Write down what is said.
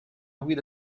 guida